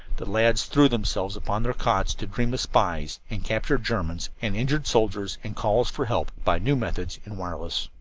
the lads threw themselves upon their cots to dream of spies and captured germans and injured soldiers and calls for help by new methods in wireless.